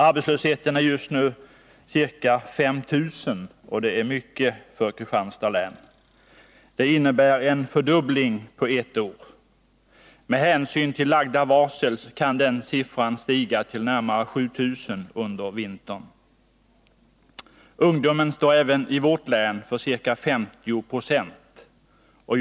Arbetslösheten är just nu ca 5 000, och det är mycket för Kristianstads län. Det innebär en fördubbling på ett år. Med hänsyn till lagda varsel kan siffran stiga till närmare 7 000 under vintern. Ungdomen står även i vårt län för ca 50 96.